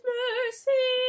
mercy